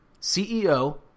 CEO